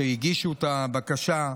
שהגישו את הבקשה,